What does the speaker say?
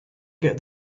get